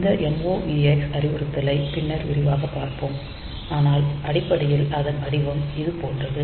இந்த MOVX அறிவுறுத்தலை பின்னர் விரிவாகப் பார்ப்போம் ஆனால் அடிப்படையில் அதன் வடிவம் இது போன்றது